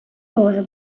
може